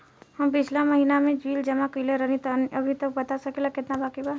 हम पिछला महीना में बिल जमा कइले रनि अभी बता सकेला केतना बाकि बा?